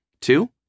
Two